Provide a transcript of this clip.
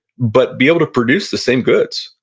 but be able to produce the same goods.